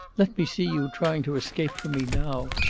let me see you trying to escape from me now!